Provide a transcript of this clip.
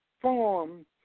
form